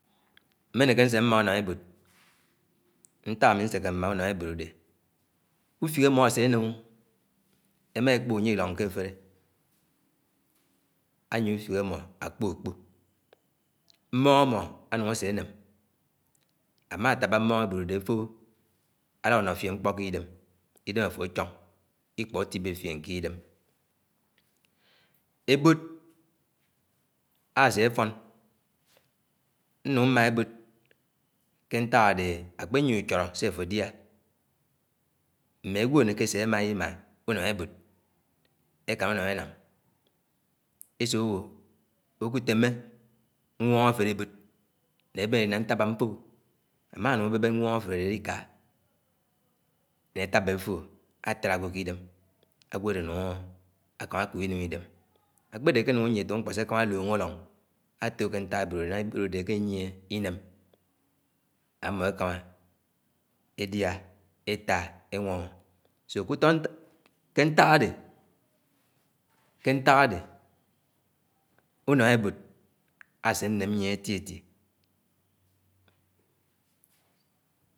Átángá ñtòk mkpó nték ntélé along atem anye akud nte alitiam ké efió adé túọhó-túọhó afúd áwo tódó mkpó adé iném ké isọng áfó atódó mkpó adé anèm awõ ntoom ená àfúd nyén ntélé. Afúdẽ nyén ntelé alá kóp ntíé nté ufik ntók mkpõ dé ànwóngó ñtóom ùdúk fiéñ alíwúo àfó alínoñgé ké ùlóasíí efó adé anem̃. Akpe nyié mkpó ekóodẽ ndek iják. nléléng afó akpok ánye àlóng ufík adé agúo akálá. Afó atém añyé ntoóm. ásók atém altà. àsòk atém aká Amá atém atém atém àfo asío. nkwá kéed mme íbá asin ké inùa aché awó né ìtuàk iché mmé añye méem mi iméemè. Amaá dá ché ánye ùnóhó sé afó ajém. afó ánúng asín efòk nwóng àtém añye akúd ntè ànùng akòn alí anyón tuóhó-tuóhó-tuóhó. adàká nyén ké ntié àmó àkedáhá dé ànùng alí nyóng. aliligwó nyèm ãnyòng alúd ntie nte ànám nté alà bùlé amà biẽlẽ. Usùk ágwó mmòdẽ ewó ñtoóm nná abibiélé àmá àchéd ùkéed ùsuo iwo ntoom na ánùng eba àté mmóng-mmóng mán átode atiè nté mmõd nté mmód eteme anye enim. ùsúk ekàmá ùkéed, ùsùk ágwo ikámá-ikámá ùkeéd, ùsúk èkámá m̃kpáng ésió kéed. ewo ntoom dode ema etuguọ ìsìn. ékpáng ètó-idé étúak ntòk mkpo sé àtáng àlóng ké esió afeté adẽ atá bómó ìlongo mkpó mm̃ód nángá etãbã uluóasíí adé esín ké èchid mkpõ adé íjak afọlo àdùk.